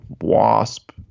wasp